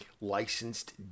licensed